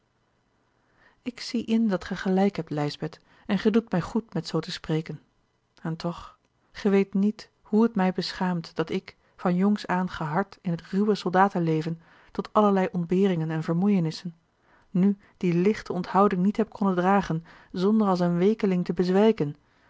ik zie in dat gij gelijk hebt lijsbeth en gij doet mij goed met zoo te spreken en toch gij weet niet hoe het mij beschaamt dat ik van jongs aan gehard in het ruwe soldatenleven tot allerlei ontberingen en vermoeienissen nu die lichte onthouding niet heb konnen dragen zonder als een weekeling te bezwijken